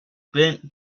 burnt